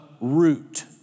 root